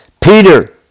Peter